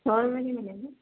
سو روپے کے ملیں گے